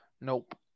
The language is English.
Nope